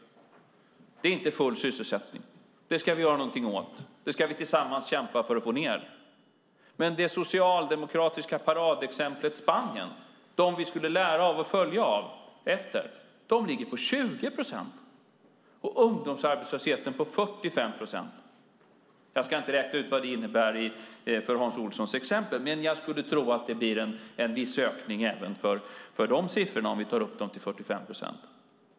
Det är inte full sysselsättning, och det ska vi göra någonting åt. Det ska vi tillsammans kämpa för att få ned. Men det socialdemokratiska paradexemplet Spanien, dem vi skulle lära av och följa efter, ligger på 20 procent. Ungdomsarbetslösheten är 45 procent. Jag ska inte räkna ut vad det innebär för Hans Olssons exempel, men jag skulle tro att det blir en viss ökning även för dessa siffror om vi tar upp dem till 45 procent.